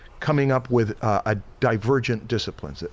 coming up with a divergent discipline, so